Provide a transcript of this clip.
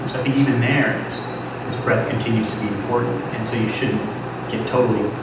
and i think even there, this this breadth continues to be important. and so you shouldn't get totally,